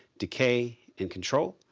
decay, and control.